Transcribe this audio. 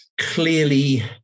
clearly